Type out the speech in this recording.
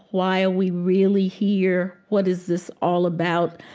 why are we really here? what is this all about?